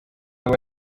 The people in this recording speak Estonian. nagu